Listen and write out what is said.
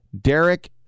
Derek